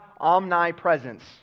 omnipresence